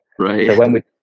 Right